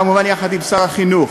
כמובן יחד עם שר החינוך,